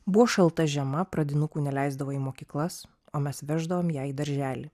buvo šalta žiema pradinukų neleisdavo į mokyklas o mes veždavom ją į darželį